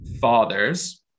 Fathers